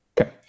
Okay